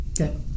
Okay